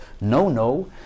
no-no